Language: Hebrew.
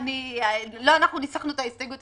לא אנחנו ניסחנו את ההסתייגות,